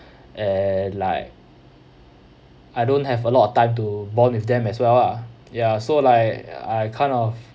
and like I don't have a lot of time to bond with them as well lah ya so like I kind of